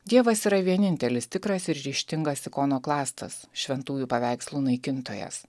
dievas yra vienintelis tikras ir ryžtingas ikonoklastas šventųjų paveikslų naikintojas